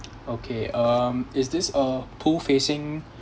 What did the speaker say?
okay um is this uh pool facing